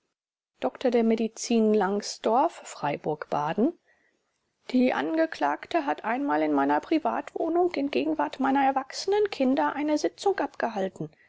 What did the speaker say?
dr med langsdorf freiburg baden die angeklagte hat einmal in meiner privatwohnung in gegenwart meiner erwachsenen kinder eine sitzung abgehalten